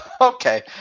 okay